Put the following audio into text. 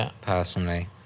personally